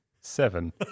seven